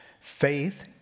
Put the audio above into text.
Faith